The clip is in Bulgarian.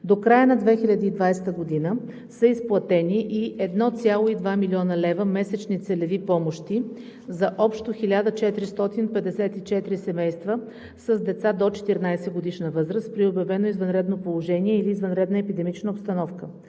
До края на 2020 г. са изплатени и 1,2 млн. лв. месечни целеви помощи за общо 1454 семейства с деца до 14-годишна възраст при обявено извънредно положение или извънредна епидемична обстановка.